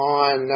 on